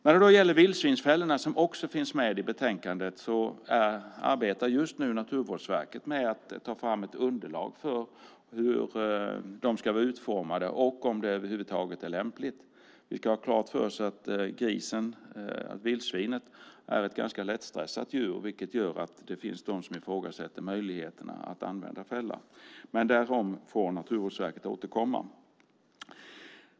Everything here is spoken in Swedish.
När det gäller vildsvinsfällorna, som också finns med i betänkandet, arbetar Naturvårdsverket just nu med att ta fram ett underlag för hur de ska vara utformade och om det över huvud taget är lämpligt. Vi ska ha klart för oss att vildsvinet är ett ganska lättstressat djur, vilket gör att det finns de som ifrågasätter möjligheten att använda fälla. Där får Naturvårdsverket återkomma.